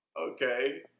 okay